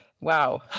wow